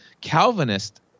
Calvinist